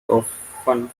often